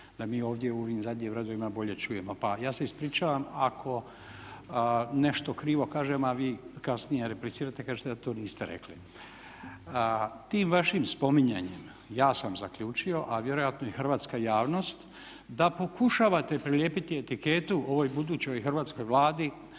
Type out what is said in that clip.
da mi ovdje u ovim zadnjim redovima bolje čujemo. Pa ja se ispričavam ako nešto krivo kažem, a vi kasnije replicirate i kažete da to niste rekli. Tim vašim spominjanjem ja sam zaključio, a vjerojatno i hrvatska javnost da pokušavate prilijepiti etiketu ovoj budućoj hrvatskoj Vladi